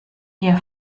ihr